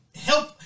help